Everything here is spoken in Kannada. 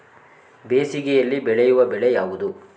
ಬೇಸಿಗೆಯಲ್ಲಿ ಬೆಳೆಯುವ ಬೆಳೆ ಯಾವುದು?